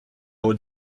would